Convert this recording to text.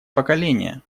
поколение